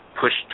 pushed